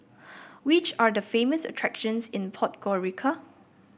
which are the famous attractions in Podgorica